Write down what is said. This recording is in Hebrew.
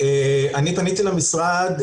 אני פניתי למשרד,